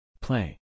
Play